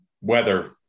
weather